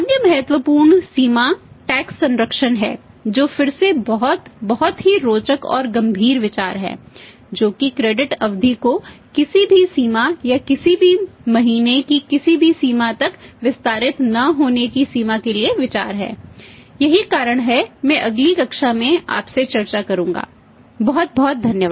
अन्य महत्वपूर्ण सीमा टैक्स संरक्षण है जो फिर से बहुत बहुत ही रोचक और गंभीर विचार है जो कि क्रेडिट अवधि को किसी भी सीमा या किसी भी महीने की किसी भी सीमा तक विस्तारित न होने की सीमा के लिए विचार है यही कारण है कि मैं अगली कक्षा में आपसे चर्चा करूंगा बहुत बहुत धन्यवाद